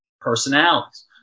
personalities